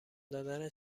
دادن